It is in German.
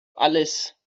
alles